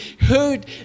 heard